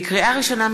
לקריאה ראשונה,